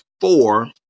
four